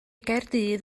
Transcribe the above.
gaerdydd